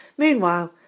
Meanwhile